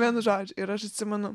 vienu žodžiu ir aš atsimenu